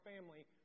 family